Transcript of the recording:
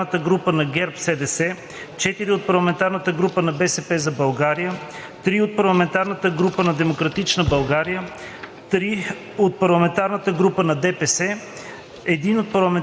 6 от Парламентарната група на ГЕРБ-СДС, 4 от Парламентарната група на „БСП за България“, 3 от Парламентарната група на „Демократична България“, 3 от Парламентарната група на ДПС,